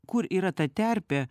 kur yra ta terpė